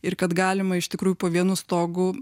ir kad galima iš tikrųjų po vienu stogu